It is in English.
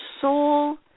soul